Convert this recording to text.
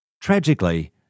Tragically